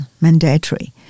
mandatory